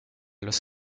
los